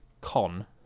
con